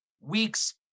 week's